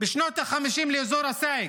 בשנות ה-50 לאזור הסייג,